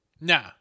nah